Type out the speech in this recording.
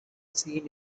seen